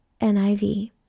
NIV